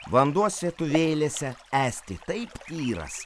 vanduo svetuvėlėse esti taip yras